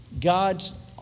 God's